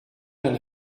and